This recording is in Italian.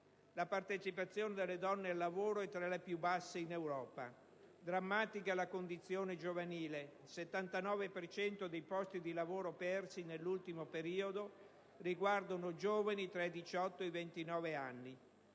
la partecipazione delle donne al lavoro è tra le più basse in Europa; drammatica è la condizione giovanile: il 79 per cento dei posti di lavoro persi nell'ultimo periodo riguardano giovani tra i 18 e i 29 anni.